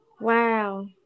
Wow